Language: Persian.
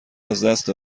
ازدست